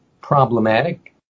problematic